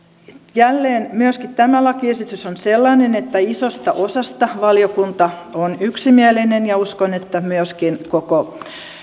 jälleen myöskin tämä lakiesitys on sellainen että isosta osasta valiokunta on yksimielinen ja uskon että myöskin koko